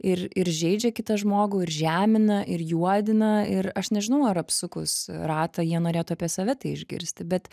ir ir žeidžia kitą žmogų ir žemina ir juodina ir aš nežinau ar apsukus ratą jie norėtų apie save tai išgirsti bet